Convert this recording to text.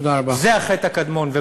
זה החטא הקדמון, תודה רבה.